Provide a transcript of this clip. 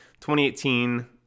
2018